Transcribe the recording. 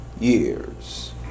years